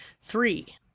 three